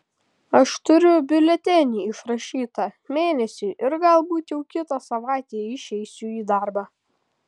aš turiu biuletenį išrašytą mėnesiui ir galbūt jau kitą savaitę išeisiu į darbą